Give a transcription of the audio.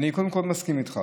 קודם כול, אני מסכים איתך